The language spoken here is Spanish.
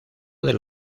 del